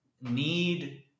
need